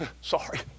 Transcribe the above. Sorry